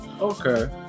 Okay